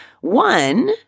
One